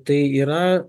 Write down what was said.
tai yra